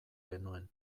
genuen